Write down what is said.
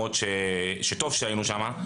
שטוב שהיינו שם,